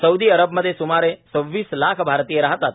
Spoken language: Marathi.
सौदी अरबमध्ये सुमारे सहव्वीस लाख भारतीय राहतात